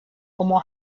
como